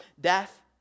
death